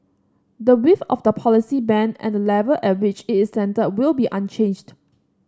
the width of the policy band and the level at which it's centred will be unchanged